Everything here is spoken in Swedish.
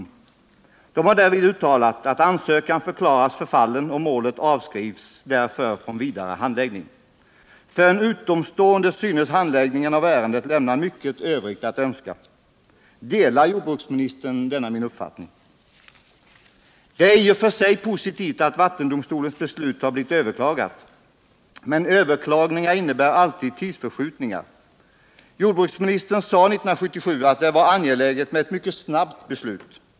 Domstolen har därvid uttalat att ansökan förklarats förfallen och att målet därför avskrivs från vidare handläggning. För en utomstående synes handläggningen av ärendet lämna mycket övrigt att önska. Delar jordbruksministern denna uppfattning? Det är i och för sig positivt att vattendomstolens beslut har blivit överklagat, men överklaganden innebär alltid tidsförskjutningar. Jordbruksministern sade i februari 1977 att det var angeläget med ett mycket snabbt beslut.